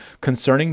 Concerning